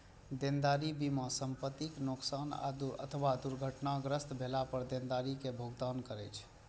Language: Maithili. देनदारी बीमा संपतिक नोकसान अथवा दुर्घटनाग्रस्त भेला पर देनदारी के भुगतान करै छै